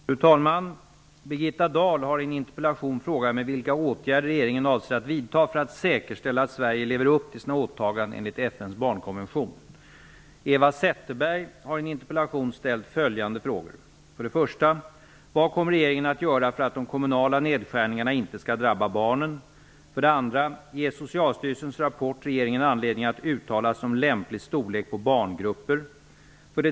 Fru talman! Birgitta Dahl har i en interpellation frågat mig vilka åtgärder regeringen avser att vidta för att säkerställa att Sverige lever upp till sina åtaganden enligt FN:s barnkonvention. Eva Zetterberg har i en interpellation ställt följande frågor: 2.Ger Socialstyrelsens rapport regeringen anledning att uttala sig om lämplig storlek på barngrupper?